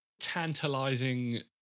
Tantalizing